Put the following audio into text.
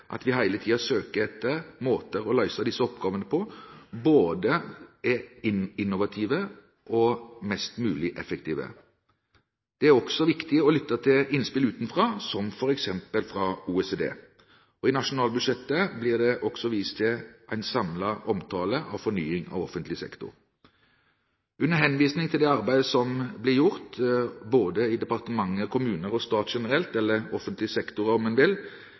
at vi hele tiden søker etter måter å løse disse oppgavene på, både innovativt og mest mulig effektivt. Det er også viktig å lytte til innspill utenfra, som f.eks. fra OECD. I nasjonalbudsjettet blir det også vist til en samlet omtale av fornying av offentlig sektor. Under henvisning til det arbeidet som blir gjort, i departementer, i kommuner og i andre offentlige sektorer, finner ikke flertallet grunn til å gjøre vedtak slik forslagsstillerne ber om.